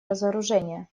разоружение